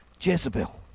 Jezebel